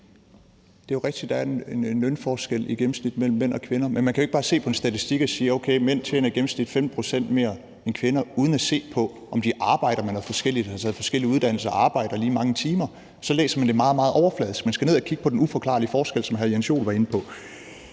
sige, at det jo er rigtigt, at der er en lønforskel i gennemsnit mellem mænd og kvinder. Men man kan jo ikke bare se på en statistik og sige, at okay, mænd tjener i gennemsnit 15 pct. mere end kvinder, uden at se på, om de arbejder med noget forskelligt og har taget forskellige uddannelser og arbejder lige mange timer. Så læser man det meget, meget overfladisk, men man skal ned at kigge på den uforklarlige forskel, som hr. Jens Joel var inde på.